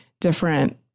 different